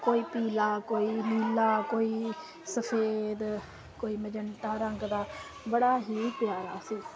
ਕੋਈ ਪੀਲਾ ਕੋਈ ਨੀਲਾ ਕੋਈ ਸਫੇਦ ਕੋਈ ਮਜੰਟਾ ਰੰਗ ਦਾ ਬੜਾ ਹੀ ਪਿਆਰਾ ਸੀ